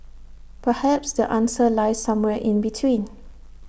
perhaps the answer lies somewhere in between